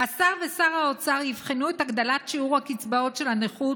"השר ושר האוצר יבחנו את הגדלת שיעור קצבאות הנכות